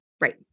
Right